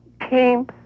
came